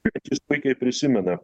bet jis puikiai prisimena